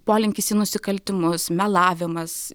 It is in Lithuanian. polinkis į nusikaltimus melavimas